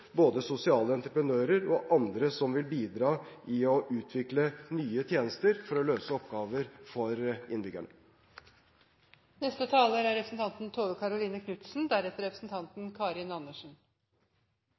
både sosiale entreprenører og andre som vil bidra i å utvikle nye tjenester for å løse oppgaver for innbyggerne. Det er